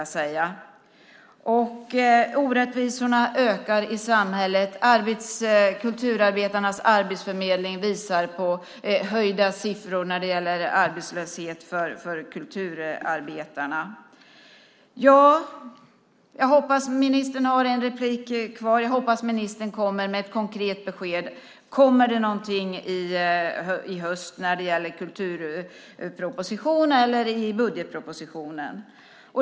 Orättvisorna ökar i samhället. Kulturarbetarnas arbetsförmedling visar på höjda arbetslöshetssiffror för kulturarbetarna. Ministern har ett inlägg kvar. Jag hoppas att ministern kommer med ett konkret besked: Kommer det något i höst i kulturpropositionen eller budgetpropositionen?